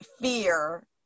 fear